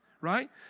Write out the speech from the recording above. right